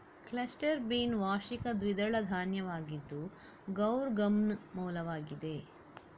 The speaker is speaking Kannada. ಕ್ಲಸ್ಟರ್ ಬೀನ್ ವಾರ್ಷಿಕ ದ್ವಿದಳ ಧಾನ್ಯವಾಗಿದ್ದು ಗೌರ್ ಗಮ್ನ ಮೂಲವಾಗಿದೆ